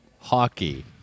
Hockey